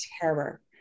terror